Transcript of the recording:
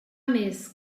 més